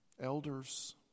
Elders